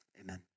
amen